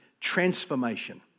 transformation